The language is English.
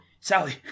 Sally